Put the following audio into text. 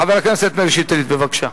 חבר הכנסת מאיר שטרית, בבקשה.